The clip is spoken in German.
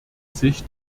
sich